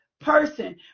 person